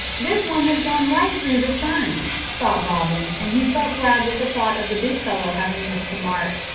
this one has gone right through the ferns, thought robin, and he felt glad with the thought of the big fellow having missed the mark,